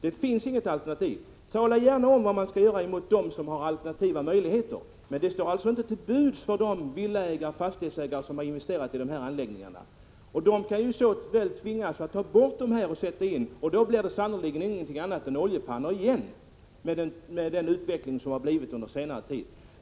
Det finns ju inget alternativ. Tala gärna om vad man skall göra för dem som har alternativa möjligheter — men dessa alternativ står inte till buds för de villaägare och andra fastighetsägare som har investerat i den här typen av anläggningar. De kan tvingas ta bort dessa och sätta in andra — och då blir det sannolikt ingenting annat än oljepannor igen, med den utveckling som har ägt rum under senare tid.